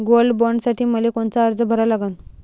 Gold बॉण्डसाठी मले कोनचा अर्ज भरा लागन?